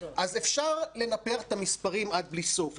אז אפשר לנפח את המספרים עד בלי סוף,